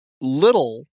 little